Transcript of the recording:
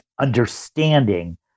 understanding